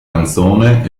canzone